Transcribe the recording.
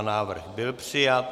Návrh byl přijat.